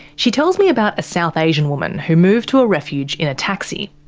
she tells me about a south asian woman who moved to a refuge in a taxi.